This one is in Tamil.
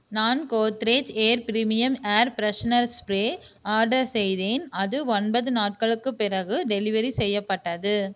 நான் Godrej air premium air freshener spray order செய்தேன் அது ஒன்பது நாட்களுக்குப் பிறகு டெலிவரி செய்யப்பட்டது